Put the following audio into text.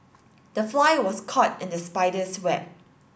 the fly was caught in the spider's web